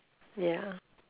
ya